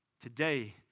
Today